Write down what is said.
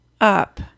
up